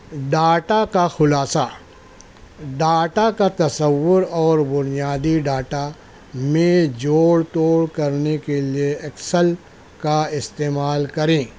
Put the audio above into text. data کا خلاصہ data کا تصور اور بنیادی ڈاٹا میں جوڑ توڑ کرنے کے لیے ایکسل کا استعمال کریں